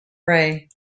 prey